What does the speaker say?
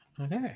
Okay